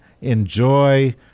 enjoy